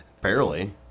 Barely